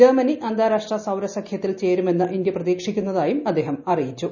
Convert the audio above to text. Germany അന്താരാഷ്ട്ര സൌര സഖ്യത്തിൽ ചേരുമെന്ന് ഇന്ത്യ പ്രതീക്ഷിക്കുന്നതായും അദ്ദേഹം അറിയിച്ചു